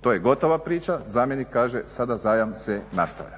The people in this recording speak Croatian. to je gotova priča, zamjenik kaže sada zajam se nastavlja.